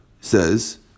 says